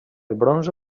bronze